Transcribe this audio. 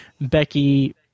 Becky